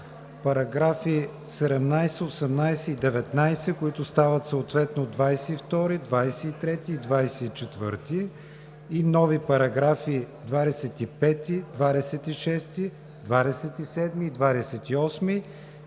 § 17, 18 и 19, които стават съответно § 22, 23 и 24; нови параграфи 25, 26, 27 и 28